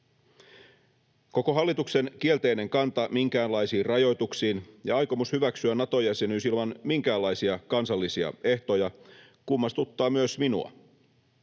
Koko hallituksen kielteinen kanta minkäänlaisiin rajoituksiin ja aikomus hyväksyä Nato-jäsenyys ilman minkäänlaisia kansallisia ehtoja kummastuttavat myös minua.